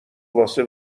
واسه